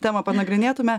temą panagrinėtume